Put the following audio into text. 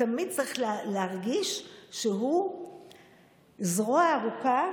תמיד צריך להרגיש שהוא זרוע ארוכה